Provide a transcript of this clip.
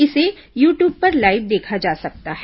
इसे YouTube पर live देखा जा सकता है